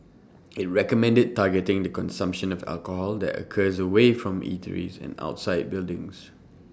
IT recommended targeting the consumption of alcohol that occurs away from eateries and outside buildings